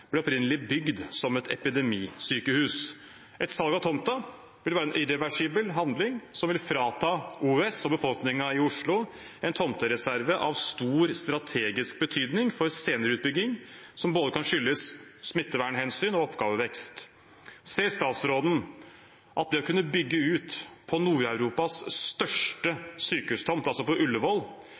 ble opprinnelig bygd som et epidemisykehus. Et salg av tomten vil være en irreversibel handling, som vil frata OUS og befolkningen i Oslo en tomtereserve av stor strategisk betydning for senere utbygging, som både kan skyldes smittevernhensyn og oppgavevekst. Ser statsråden at det å kunne bygge ut på Nord-Europas største sykehustomt – altså på